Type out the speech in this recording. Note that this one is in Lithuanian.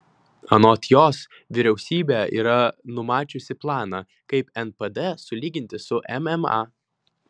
anot jos vyriausybė yra numačiusi planą kaip npd sulyginti su mma